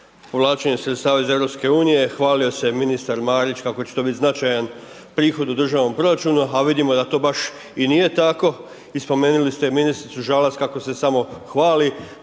povlačenjem sredstava iz Europske unije, hvalio se ministar Marić kako će to biti značajan prihod u državnom proračunu, a vidimo da to baš i nije tako. I spomenuli ste ministricu Žalac kako se samo hvali,